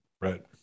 Right